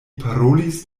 parolis